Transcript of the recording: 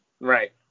right